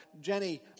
Jenny